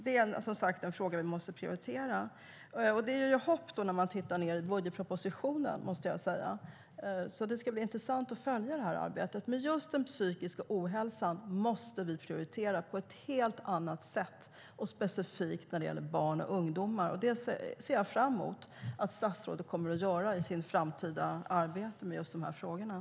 Detta är en fråga vi måste prioritera.